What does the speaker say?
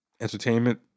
entertainment